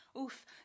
Oof